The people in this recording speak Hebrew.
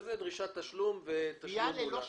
שזה דרישת תשלום ותשלום מולה.